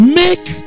make